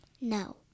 No